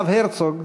הרב הרצוג,